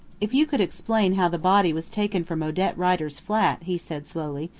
if you could explain how the body was taken from odette rider's flat, he said slowly,